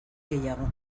gehiago